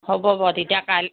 হ'ব বাৰু তেতিয়া কাইলৈ